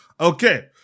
Okay